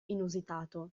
inusitato